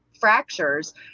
fractures